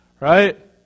Right